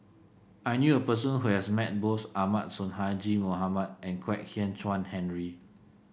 I knew a person who has met both Ahmad Sonhadji Mohamad and Kwek Hian Chuan Henry